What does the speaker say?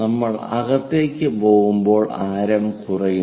നമ്മൾ അകത്തേക്ക് പോകുമ്പോൾ ആരം കുറയുന്നു